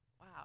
wow